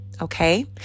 Okay